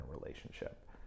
relationship